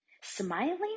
Smiling